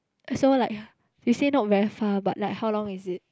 so like you say not very far but like how long is it